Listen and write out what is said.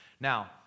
Now